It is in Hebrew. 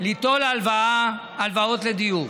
ליטול הלוואות לדיור.